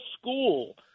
school